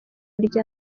rya